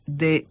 de